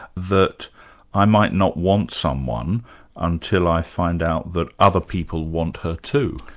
that i might not want someone until i find out that other people want her too?